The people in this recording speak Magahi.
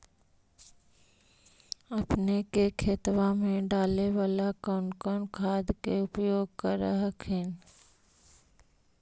अपने के खेतबा मे डाले बाला कौन कौन खाद के उपयोग कर हखिन?